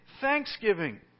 thanksgiving